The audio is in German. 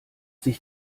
sich